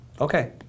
Okay